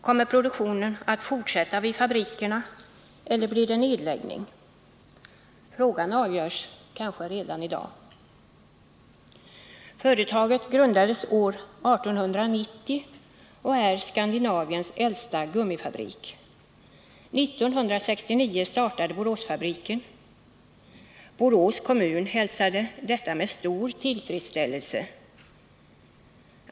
Kommer produktionen att fortsätta vid fabrikerna eller blir det nedläggning? Frågan avgörs kanske redan i dag. Företaget grundades år 1890 och är Skandinaviens äldsta gummifabrik. 1969 startade verksamheten vid Boråsfabriken. Borås kommun hälsade detta med stor tillfredsställelse.